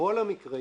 בכל המקרים